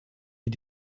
est